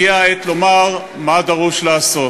הגיעה העת לומר מה דרוש לעשות.